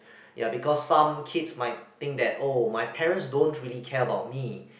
ya because some kids might think that oh my parents don't really care about me